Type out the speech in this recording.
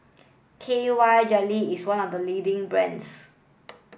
K Y Jelly is one of the leading brands